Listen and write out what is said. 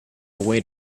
way